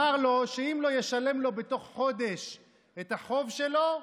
הוא אמר לו שאם לא ישלם לו בתוך חודש את החוב שלו,